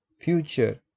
future